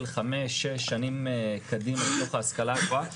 חמש-שש שנים קדימה אל תוך ההשכלה הגבוהה,